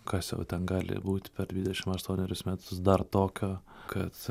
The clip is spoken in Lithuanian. kas jau ten gali būti per dvidešim aštuonerius metus dar tokio kad